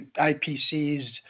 IPC's